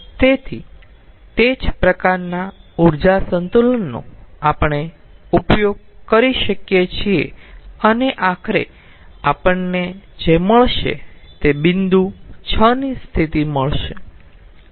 તેથી તે જ પ્રકારના ઊર્જા સંતુલનનો આપણે ઉપયોગ કરી શકીએ છીએ અને આખરે આપણને જે મળશે તે બિંદુ 6 ની સ્થિતિ મળશે